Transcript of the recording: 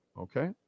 Okay